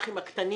הגמ"חים הקטנים,